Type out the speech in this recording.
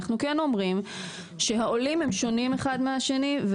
אנחנו אומרים שהעולים הם שונים אחד מהשני,